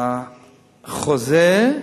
החוזה,